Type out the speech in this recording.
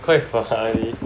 quite funny